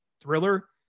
thriller